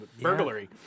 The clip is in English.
burglary